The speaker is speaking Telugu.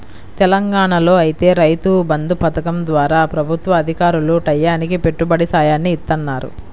తెలంగాణాలో ఐతే రైతు బంధు పథకం ద్వారా ప్రభుత్వ అధికారులు టైయ్యానికి పెట్టుబడి సాయాన్ని ఇత్తన్నారు